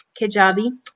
kajabi